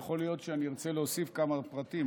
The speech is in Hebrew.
יכול להיות שארצה להוסיף כמה פרטים.